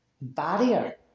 barrier